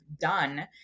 done